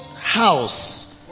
house